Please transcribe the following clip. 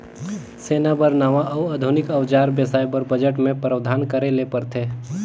सेना बर नावां अउ आधुनिक अउजार बेसाए बर बजट मे प्रावधान करे ले परथे